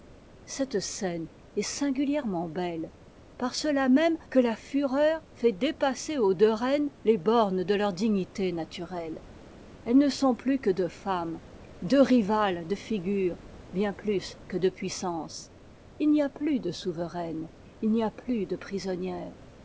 cette scène est singulièrement belle par cela même que la fureur fait dépasser aux deux reines les bornes de leur dignité naturelle elles ne sont plus que deux femmes deux rivales de figure bien plus que de puissance il n'y a plus de souveraine il n'y a plus de prisonnière